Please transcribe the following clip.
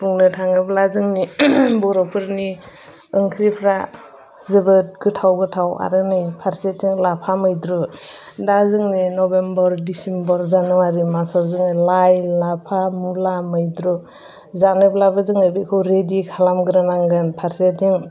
बुंनो थाङोब्ला जोंनि बर'फोरनि ओंख्रिफोरा जोबोद गोथाव गोथाव आरो नै फारसेथिं लाफा मैद्रु दा जोङो नभेम्बर डिसेम्बर जानुवारी मासआव जोङो लाइ लाफा मुला मैद्रु जानोब्लाबो जोङो बेखौ रेडि खालामग्रोनांगोन फारसेथिं